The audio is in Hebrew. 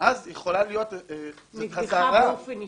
אז יכולה להיות --- נגדך באופן אישי?